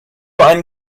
einen